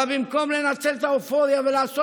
אבל במקום לנצל את האופוריה ולעשות